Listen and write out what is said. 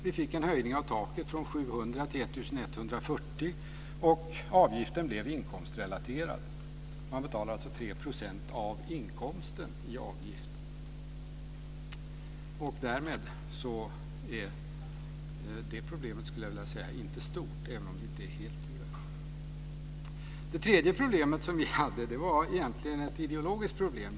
Vi fick en höjning av taket från 700 kr till 1 140 kr. Avgiften blev inkomstrelaterad. Man betalar alltså 3 % av inkomsten i avgift. Därmed är det problemet inte stort, även om det inte är helt ur världen. Det tredje problemet vi hade var egentligen ett ideologiskt problem.